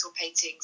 paintings